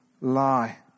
lie